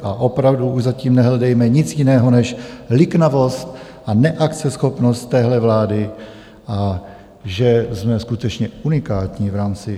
A opravdu už za tím nehledejme nic jiného než liknavost a neakceschopnost téhle vlády, a že jsme skutečně unikátní v rámci Evropy.